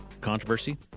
controversy